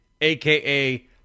AKA